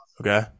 Okay